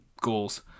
Goals